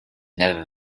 never